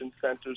centers